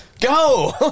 go